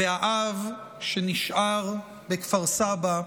האב, שנשאר בכפר סבא,